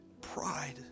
pride